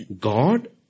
God